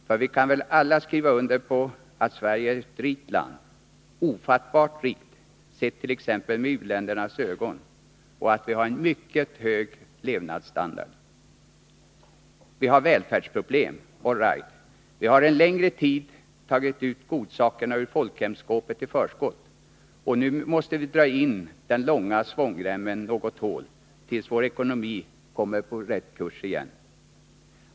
För vi kan väl alla skriva under på att Sverige är ett rikt land, ofattbart rikt sett t.ex. med u-ländernas ögon, och att vi har en mycket hög levnadsstandard. Vi har välfärdsproblem — all right. Vi har en längre tid tagit ut godsakerna ur folkhemsskåpet i förskott, och nu måste vi dra in den långa svångremmen något hål tills vår ekonomi kommer på rätt kurs igen.